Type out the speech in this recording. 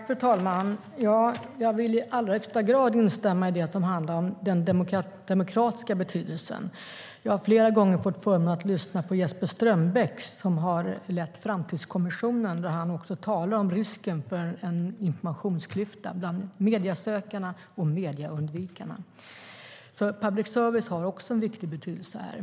Fru talman! Jag instämmer i allra högsta grad i det som handlar om den demokratiska betydelsen. Jag har flera gånger haft förmånen att lyssna på Jesper Strömbäck som har lett Framtidskommissionen. Han har talat om risken för en informationsklyfta mellan mediesökarna och medieundvikarna. Public service har en viktig betydelse här.